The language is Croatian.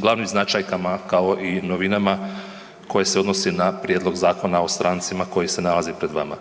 glavnim značajkama kao i novinama koje se odnosi na Prijedlog zakona o strancima koji se nalazi pred vama.